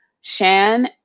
Shan